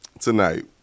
Tonight